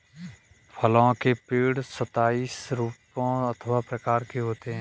फलों के पेड़ सताइस रूपों अथवा प्रकार के होते हैं